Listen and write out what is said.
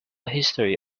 history